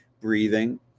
breathing